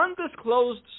undisclosed